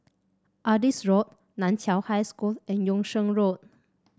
Adis Road Nan Chiau High School and Yung Sheng Road